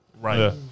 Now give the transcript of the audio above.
Right